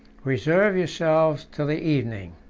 reserve yourselves till the evening.